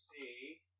see